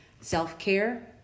self-care